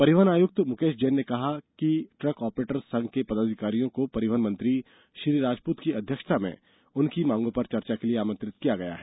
परिवहन आयुक्त मुकेश जैन ने कल कहा कि ट्रक आपरेटर्स संघ के पदाधिकारियों को परिवहन मंत्री श्री राजपूत की अध्यक्षता में उनकी माँगों पर चर्चा के लिए आमंत्रित किया गया है